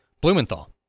blumenthal